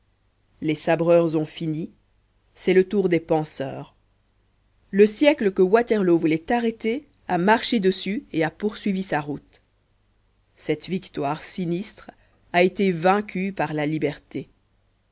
les sabreurs ont fini c'est le tour des penseurs le siècle que waterloo voulait arrêter a marché dessus et a poursuivi sa route cette victoire sinistre a été vaincue par la liberté